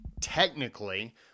technically